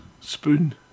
Spoon